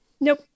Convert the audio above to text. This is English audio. Nope